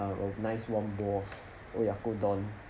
uh a nice warm bowl of oyakodon